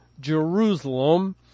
Jerusalem